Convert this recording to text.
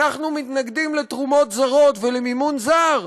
אנחנו מתנגדים לתרומות זרות ולמימון זר,